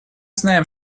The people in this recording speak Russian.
знаем